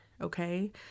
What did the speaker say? okay